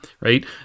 right